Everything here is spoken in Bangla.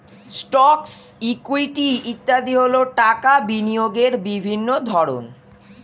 স্টকস, ইকুইটি ইত্যাদি হল টাকা বিনিয়োগের বিভিন্ন ধরন